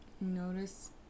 Notice